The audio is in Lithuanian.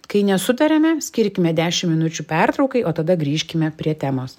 kai nesutariame skirkime dešim minučių pertraukai o tada grįžkime prie temos